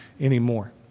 anymore